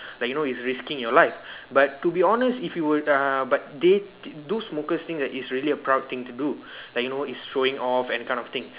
like you know it's risking your life but to be honest if you would uh but they those smokers think that it's a proud thing to do like you know it's showing off that kind of thing